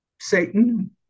Satan